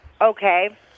Okay